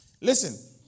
Listen